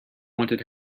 wanted